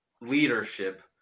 leadership